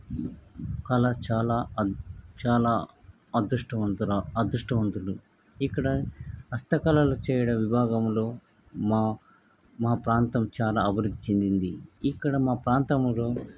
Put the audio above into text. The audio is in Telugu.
కళ చాలా అధ్ చాలా అదృష్టవంతురా అదృష్టవంతులు ఇక్కడ హస్తకళలు చేయడం విభాగంలో మా ప్రాంతం చాలా అభివృద్ధి చెందింది ఇక్కడ మా ప్రాంతములో